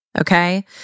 Okay